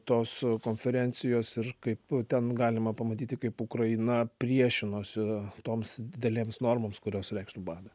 tos konferencijos ir kaip ten galima pamatyti kaip ukraina priešinosi toms didelėms normoms kurios reikštų badą